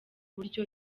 buryo